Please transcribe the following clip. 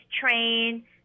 train